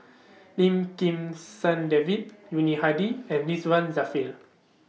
Lim Kim San David Yuni Hadi and Ridzwan Dzafir